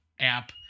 app